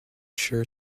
sure